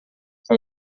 com